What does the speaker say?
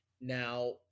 Now